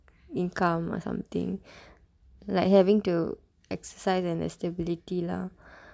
income or something like having to exercise and the stability lah